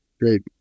Great